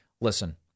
Listen